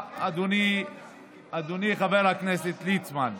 השר עמאר, תנטרל את הקורונה.